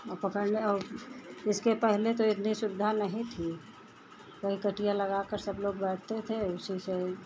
और पकड़ने इसके पहले तो एक भी सुविधा नहीं थी वही कटिया लगाकर सब लोग बैठते थे उसी से